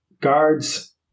Guards